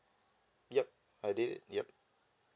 ya I did it ya